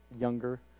younger